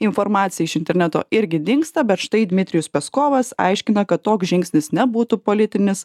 informacija iš interneto irgi dingsta bet štai dmitrijus peskovas aiškina kad toks žingsnis nebūtų politinis